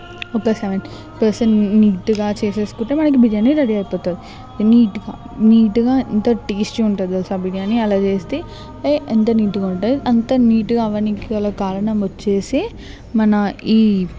ఒక seventy percent నీట్గా చేసుకుంటే మనకి బిర్యానీ రెడీ అయిపోతుంది నీట్గా నీట్గా ఎంత టెస్ట్ గా ఉంటుంది తెలుసా ఆ బిర్యానీ అలా చేస్తే ఎంత నీట్గా ఉంటాదంటే అంత నీట్గా అవ్వనికి గల కారణం వచ్చి మన ఈ